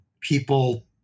people